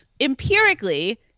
empirically